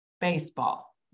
baseball